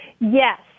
Yes